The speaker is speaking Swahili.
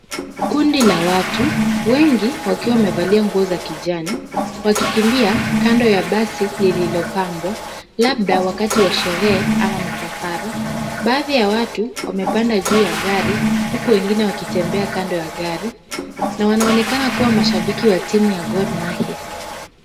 Kundi la watu, wengi wakiwa wamevalia nguo za kijani wakikimbia kando ya basi lililopambwa labda wakati wa sherehe ama msafara. Baadhi ya watu wamepanda juu ya gari huku wengine wakitembea kando ya gari na wanaonekana kuwa mashabiki wa timu ya Gor Mahia.